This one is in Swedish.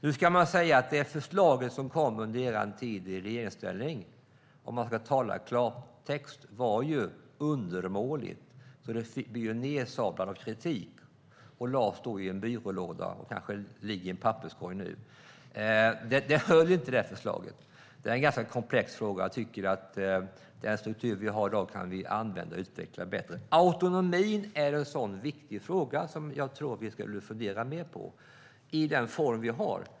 Nu ska man säga att det förslag som kom under er tid i regeringsställning, Fredrik Christensson, om man ska tala klartext var undermåligt. Det blev ju nedsablat av kritik och lades i en byrålåda, och det kanske ligger i en papperskorg nu. Det förslaget höll inte. Det är en ganska komplex fråga, och jag tycker att vi kan använda och bättre utveckla den struktur vi har i dag. Autonomin är en sådan viktig fråga jag tror att vi ska fundera mer på, i den form vi har.